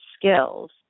skills